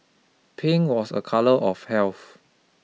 pink was a colour of health